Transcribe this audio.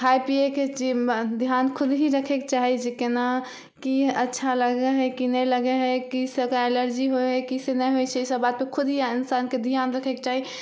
खाए पियै के चीज ध्यान खुद ही रक्खेके चाही जे केना की अच्छा लगऽ हइ कि नहि लगऽ हइ की से ओकरा एलर्जी होय हइ की से नहि होइ छै ई सब बात पे खुद ही इन्सानके ध्यान रक्खेके चाही